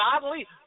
godly